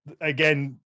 again